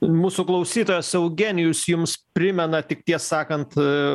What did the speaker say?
mūsų klausytojas eugenijus jums primena tik tiesą sakant